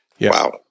Wow